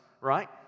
right